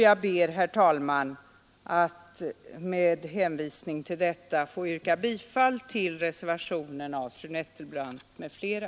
Jag ber, herr talman, med hänvisning till detta att få yrka bifall till reservationen av fru Nettelbrandt m.fl.